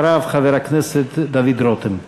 אחריו, חבר הכנסת דוד רותם.